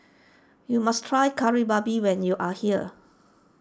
you must try Kari Babi when you are here